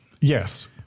Yes